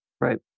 Right